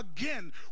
again